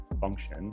function